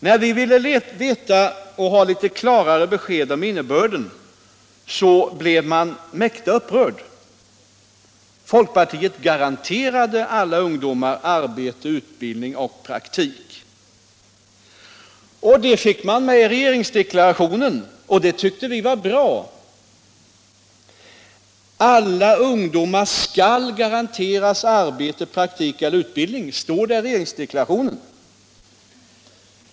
När vi ville ha litet klarare besked om innebörden blev man mäkta upprörd. Folkpartiet garanterade alla ungdomar arbete, utbildning eller praktik. Det fick man med i regeringsdeklarationen. Det tyckte vi var bra. ”Alla ungdomar skall garanteras arbete, praktik eller utbildning” står det i regeringsdeklarationen.